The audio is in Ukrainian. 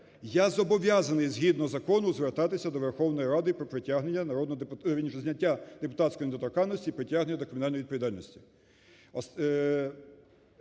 я зобов'язаний згідно закону звертатися до Верховної Ради про притягнення, вірніше, зняття депутатської недоторканності і притягнення до кримінальної відповідальності.